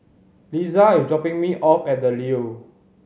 Liza is dropping me off at The Leo